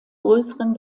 größeren